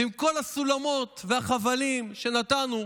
ועם כל הסולמות והחבלים שנתנו,